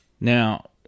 now